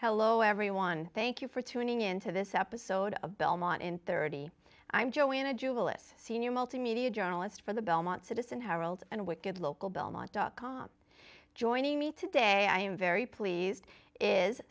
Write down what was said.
hello everyone thank you for tuning in to this episode of belmont in thirty i'm joanna jewel a senior multimedia journalist for the belmont citizen herald and wicked local belmont dot com joining me today i am very pleased is